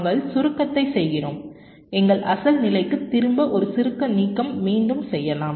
நாங்கள் சுருக்கத்தை செய்கிறோம் எங்கள் அசல் நிலைக்குத் திரும்ப ஒரு சுருக்க நீக்கம் மீண்டும் செய்யலாம்